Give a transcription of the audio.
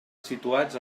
situats